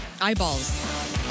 Eyeballs